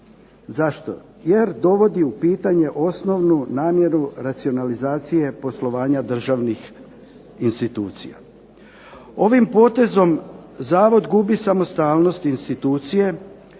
ruku dovodi u pitanje osnovnu namjeru racionalizacije poslovanja državnih institucija. Ovim potezom Zavod gubi samostalnost institucije,